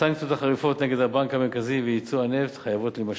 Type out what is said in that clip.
הסנקציות החריפות נגד הבנק המרכזי וייצוא הנפט חייבות להימשך.